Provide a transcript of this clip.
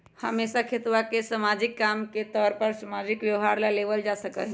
हमेशा खेतवा के सामाजिक काम के तौर पर सामाजिक व्यवहार ला लेवल जा सका हई